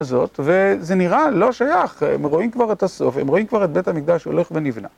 וזה נראה לא שייך, הם רואים כבר את הסוף, הם רואים כבר את בית המקדש הולך ונבנה.